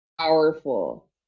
powerful